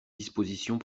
dispositions